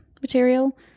material